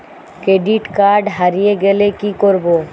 Credit card হারিয়ে গেলে কি করব?